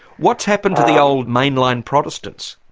what's happened to the old mainline protestants?